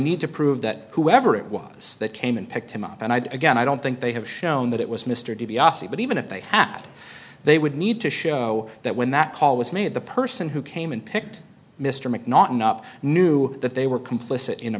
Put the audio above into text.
need to prove that whoever it was that came and picked him up and i again i don't think they have shown that it was mr di biase but even if they had they would need to show that when that call was made the person who came in picked mr mcnaughton up knew that they were complicit in a